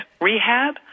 Rehab